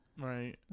Right